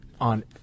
on